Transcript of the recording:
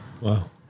Wow